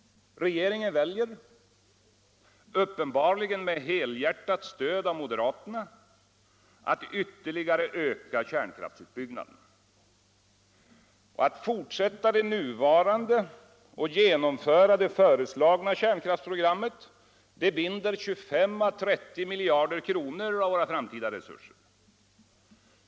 Regeringen väljer — uppenbarligen med helhjärtat stöd av moderaterna — att ytterligare öka kärnkraftsutbyggnaden. Att fortsätta det nuvarande och genomföra det föreslagna kärnkraftsprogrammet binder 25 å 30 miljarder kronor av våra framtida resurser.